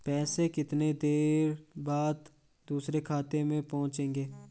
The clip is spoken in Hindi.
पैसे कितनी देर बाद दूसरे खाते में पहुंचेंगे?